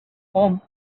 home